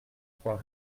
trois